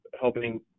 helping